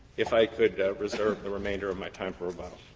if i could reserve the remainder of my time for rebuttal.